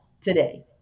today